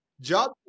Job